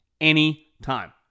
anytime